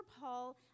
Paul